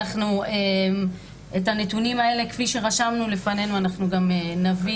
אנחנו את הנתונים האלה כפי שרשמנו לפנינו אנחנו גם נביא,